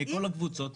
מכל הקבוצות,